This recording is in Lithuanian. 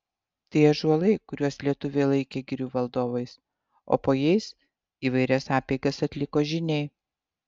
tai ąžuolai kuriuos lietuviai laikė girių valdovais o po jais įvairias apeigas atliko žyniai